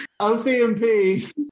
OCMP